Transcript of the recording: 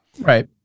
right